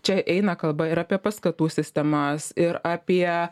čia eina kalba ir apie paskatų sistemas ir apie